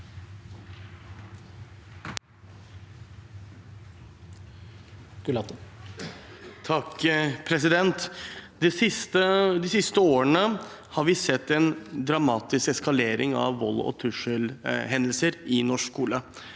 (FrP) De siste årene har vi sett en dramatisk eskalering av vold og trusselhendelser i norsk skole.